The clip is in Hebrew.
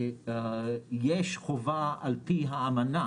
יש חובה על-פי האמנה